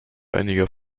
einiger